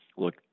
look